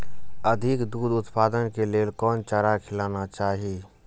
अधिक दूध उत्पादन के लेल कोन चारा खिलाना चाही?